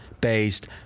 based